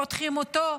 פותחים אותו.